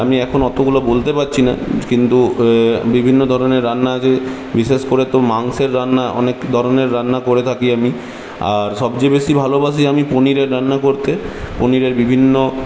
আমি এখন অতগুলো বলতে পারছি না কিন্তু বিভিন্ন ধরণের রান্না যে বিশেষ করে তো মাংসের রান্না অনেক ধরণের রান্না করে থাকি আমি আর সবচেয়ে বেশী ভালোবাসি আমি পনিরের রান্না করতে পনিরের বিভিন্ন